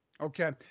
Okay